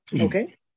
Okay